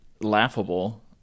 laughable